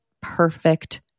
perfect